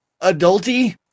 adult-y